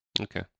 Okay